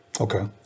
Okay